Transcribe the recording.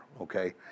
okay